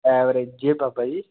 average ਜੇ ਬਾਬਾ ਜੀ